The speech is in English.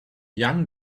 young